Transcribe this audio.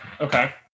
Okay